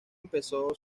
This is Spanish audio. empezó